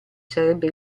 sarebbe